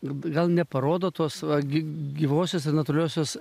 gal neparodo tos va gy gyvosios ir natūraliosios